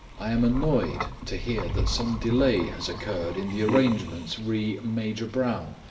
i am annoyed to hear that some delay has occurred in the arrangements re major brown.